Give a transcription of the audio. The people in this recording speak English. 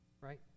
right